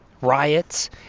riots